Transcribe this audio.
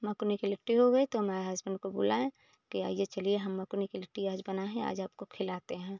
मकुनी की लिट्टी हो गई तो मैं हसबैंड को बुलाए की आइए चलिए हम मकुनी की लिट्टी आज बनाए हैं आज आपको खिलाते हैं